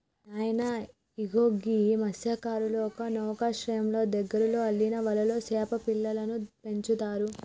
నాయన ఇగో గీ మస్త్యకారులు ఒక నౌకశ్రయంలో దగ్గరలో అల్లిన వలలో సేప పిల్లలను పెంచుతారు